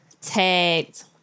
Tagged